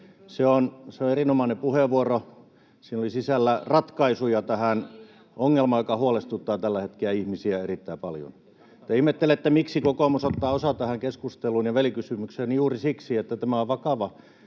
Se oli erinomainen puheenvuoro, ja siinä oli sisällä ratkaisuja tähän ongelmaan, joka huolestuttaa tällä hetkellä ihmisiä erittäin paljon. Te ihmettelette, miksi kokoomus ottaa osaa tähän keskusteluun ja välikysymykseen. Juuri siksi, että tämä on vakava